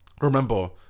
Remember